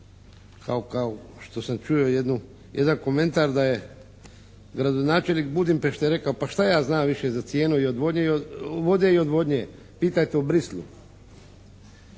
Kao što sam čuo jedan komentar da je gradonačelnik Budimpešte rekao pa šta ja znam više za cijenu vode i odvodnje. Pitajte u Bruxellesu.